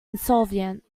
insolvent